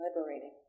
liberating